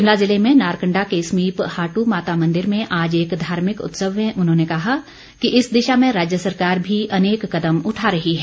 शिमला जिले में नारकण्डा के समीप हाट माता मंदिर में आज एक धार्मिक उत्सव में उन्होंने कहा कि इस दिशा में राज्य सरकार भी अनेक कदम उठा रही है